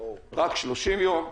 רק 30 יום.